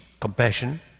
compassion